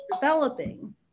developing